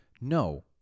No